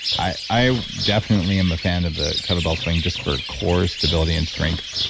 i i definitely am a fan of the kettlebell swing just for core stability and strength,